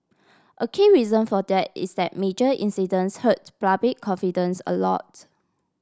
a key reason for that is that major incidents hurt public confidence a lot